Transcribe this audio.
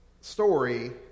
story